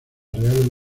real